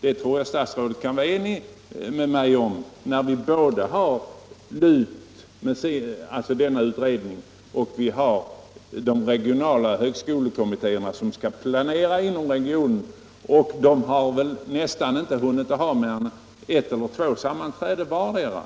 Detta tror jag statsrådet kan vara enig med mig om, när vi har både LUT och de regionala högskolekommittéerna som skall planera inom regionen. De har väl nästan inte hunnit ha mer än ett eller två sammanträden vardera.